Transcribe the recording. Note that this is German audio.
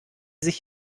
sich